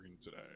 today